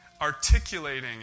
articulating